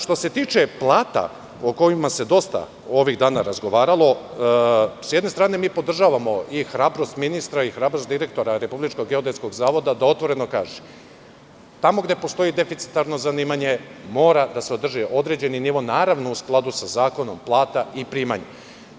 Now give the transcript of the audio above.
Što se tiče plata o kojima se dosta ovih dana razgovaralo, s jedne strane mi podržavamo i hrabrost ministra i hrabrost direktora Republičkog geodetskog zavoda da otvoreno kaže - tamo gde postoji deficitarno zanimanje mora da sadrži određeni nivo, naravno, u skladu sa zakonom plata i primanja.